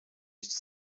هیچ